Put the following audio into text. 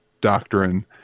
doctrine